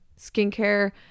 skincare